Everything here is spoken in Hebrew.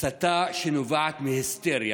הסתה שנובעת מהיסטריה.